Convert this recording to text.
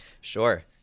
Sure